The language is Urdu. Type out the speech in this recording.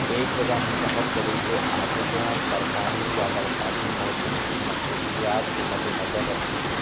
ایک جگہ منتخب کرے جو آفتوں برفانی یا برساتی موسم کی مخصوصیات کو مدنظر رکھتی ہو